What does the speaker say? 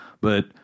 But-